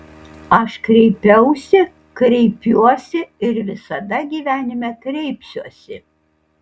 aš kreipiausi kreipiuosi ir visada gyvenime kreipsiuosi